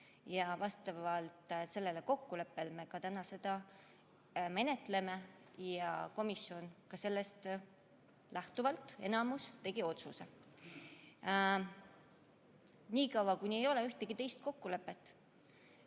Vastavalt sellele kokkuleppele me täna seda menetleme ja komisjoni enamus sellest lähtuvalt tegi otsuse. Nii kaua, kuni ei ole ühtegi teist kokkulepet,